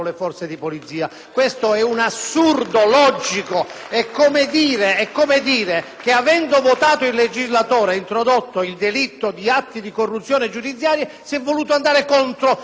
che, avendo votato il legislatore ed introdotto il delitto di atti di corruzione giudiziaria, si è voluto andare contro i magistrati. Quindi, mettiamo da parte questo argomento.